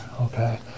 okay